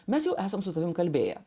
mes jau esam su tavimi kalbėję